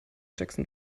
jackson